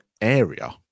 area